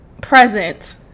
present